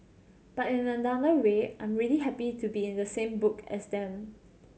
but in another way I'm really happy to be in the same book as them